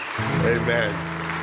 Amen